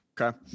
Okay